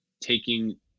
taking